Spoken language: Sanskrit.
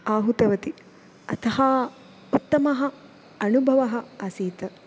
आहूतवती अतः उत्तमः अनुभवः आसीत्